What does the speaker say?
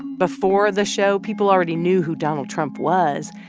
before the show, people already knew who donald trump was,